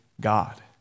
God